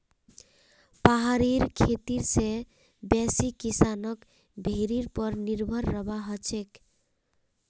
पहाड़ी खेती स बेसी किसानक भेड़ीर पर निर्भर रहबा हछेक